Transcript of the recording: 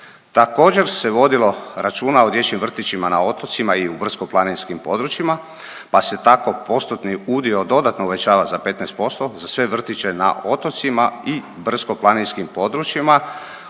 Također se vodilo računa o dječjim vrtićima na otocima i u brdsko-planinskim područjima, pa se tako postotni udio dodatno uvećava za 15% za sve vrtiće na otocima i brdsko-planinskim područjima